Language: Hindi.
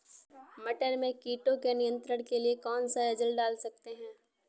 मटर में कीटों के नियंत्रण के लिए कौन सी एजल डाल सकते हैं?